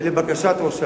ולבקשת ראש העיר,